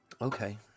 Okay